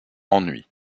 ennui